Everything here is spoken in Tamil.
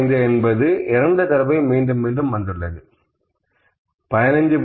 05 என்பது 2 தடவை மீண்டும் வந்துள்ளது 15